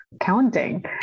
counting